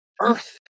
earth